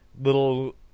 little